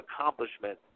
accomplishment